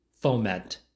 foment